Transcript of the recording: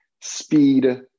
speed